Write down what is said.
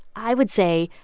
i would say,